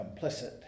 complicit